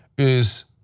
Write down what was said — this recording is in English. is,